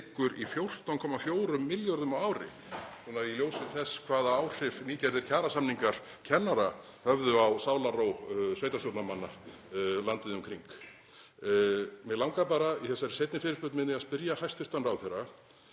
í 14,4 milljörðum á ári — í ljósi þess hvaða áhrif nýgerðir kjarasamningar kennara höfðu á sálarró sveitarstjórnarmanna landið um kring. Mig langar bara í þessari seinni fyrirspurn minni til að spyrja hæstv. ráðherra,